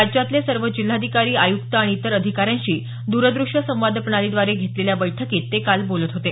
राज्यातले सर्व जिल्हाधिकारी आयुक्त आणि इतर अधिकाऱ्यांशी द्रद्रष्य संवाद प्रणालीद्वारे घेतलेल्या बैठकीत ते काल बोलत होते